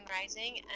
rising